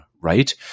right